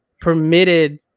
permitted